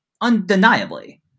undeniably